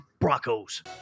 Broncos